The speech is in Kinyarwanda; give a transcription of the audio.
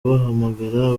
bahamagara